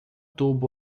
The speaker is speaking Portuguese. tubo